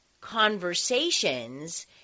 conversations